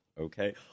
okay